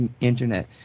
Internet